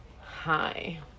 hi